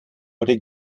oder